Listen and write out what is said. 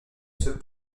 seule